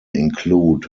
include